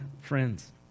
friends